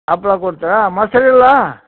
ಹಪ್ಪಳ ಕೊಡ್ತೀರಾ ಮಸ್ರು ಇಲ್ಲ